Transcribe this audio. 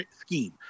scheme